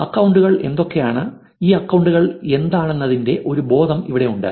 അക്കൌണ്ടുകൾ എന്തൊക്കെയാണ് ഈ അക്കൌണ്ടുകൾ എന്താണെന്നതിന്റെ ഒരു ബോധം ഇവിടെയുണ്ട്